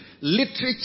literature